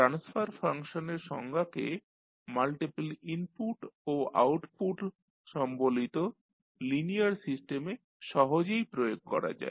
transfer ফাংশনের সংজ্ঞাকে multiple input ও আউটপুট সম্বলিত লিনিয়ার সিস্টেমে সহজেই প্রয়োগ করা যায়